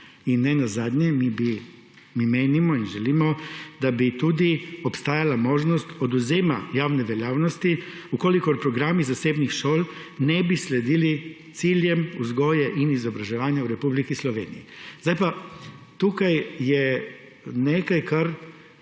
In nenazadnje, mi menimo in želimo, da bi tudi obstajala možnost odvzema javne veljavnosti, če programi zasebnih šol ne bi sledili ciljem in izobraževanja v Republiki Sloveniji. Tukaj je nekaj, kar